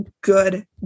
good